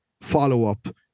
follow-up